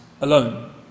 alone